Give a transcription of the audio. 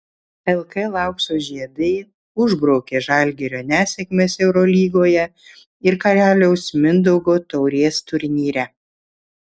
lkl aukso žiedai užbraukė žalgirio nesėkmes eurolygoje ir karaliaus mindaugo taurės turnyre